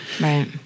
Right